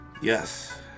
Yes